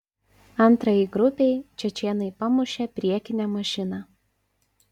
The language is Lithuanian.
antrajai grupei čečėnai pamušė priekinę mašiną